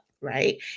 right